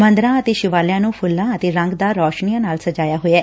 ਮੰਦਰਾਂ ਅਤੇ ਸ਼ਿਵਾਲਿਆਂ ਨੂੰ ਫੁੱਲਾਂ ਅਤੇ ਰੰਗਦਾਰ ਰੌਸ਼ਨੀਆਂ ਨਾਲ ਸਜਾਇਆ ਹੋਇਐ